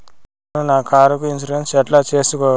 నేను నా కారుకు ఇన్సూరెన్సు ఎట్లా సేసుకోవాలి